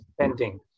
pending